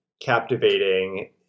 captivating